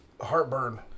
heartburn